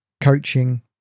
coaching